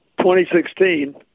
2016